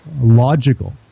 logical